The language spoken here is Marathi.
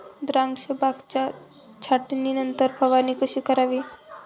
द्राक्ष बागेच्या छाटणीनंतर फवारणी कशी करावी?